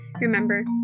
Remember